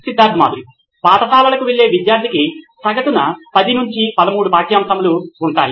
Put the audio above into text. Siddharth Maturi CEO నోయిన్ electronics పాఠశాలకు వెళ్లే విద్యార్థికి సగటున 10 నుంచి 13 పాఠ్యాంశములు ఉంటాయి